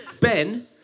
Ben